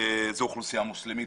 אוכלוסייה מוסלמית.